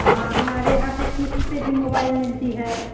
हाँ हमारे यहाँ पर किश्त पर भी मोबाइल मिलती है